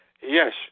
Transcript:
Yes